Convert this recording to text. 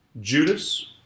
Judas